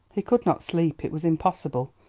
he could not sleep, it was impossible.